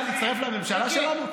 אני הצעתי לך להצטרף לממשלה שלנו?